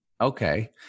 Okay